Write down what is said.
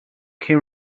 can